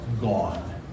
gone